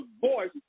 voice